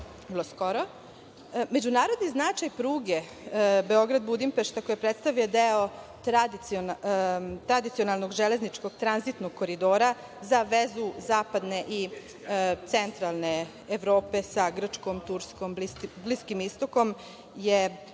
skoro.Međunarodni značaj pruge Beograd-Budimpešta, koja predstavlja deo tradicionalnog železničkog tranzitnog koridora za vezu zapadne i centralne Evrope sa Grčkom, Turskom, Bliskim Istokom, je